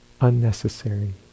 unnecessary